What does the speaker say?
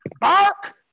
bark